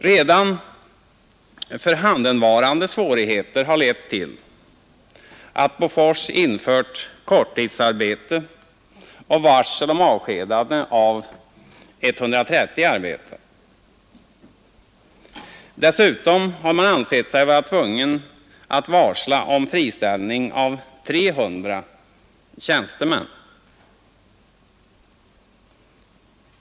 Redan förhandenvarande svårigheter har lett till att Bofors infört korttidsarbete och varsel om avskedande av 130 arbetare. Dessutom har man ansett sig vara tvungen att varsla om friställande av 300 tjänstemän.